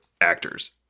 actors